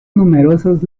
numerosos